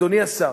אדוני השר,